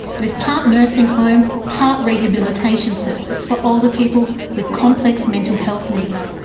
it is part nursing home, part rehabilitation service for older people with complex mental health needs.